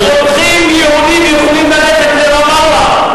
מי שמדבר על מחרחרי מלחמה.